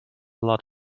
lot